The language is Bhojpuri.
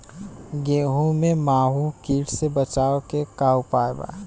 गेहूँ में माहुं किट से बचाव के का उपाय बा?